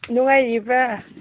ꯅꯨꯡꯉꯥꯏꯔꯤꯕ꯭ꯔꯥ